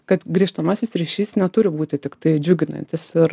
kad grįžtamasis ryšys neturi būti tiktai džiuginantis ir